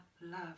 love